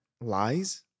lies